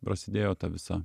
prasidėjo ta visa